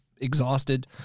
exhausted